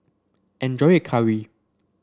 enjoy your curry